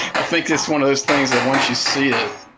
i think it's one of those things that once you see it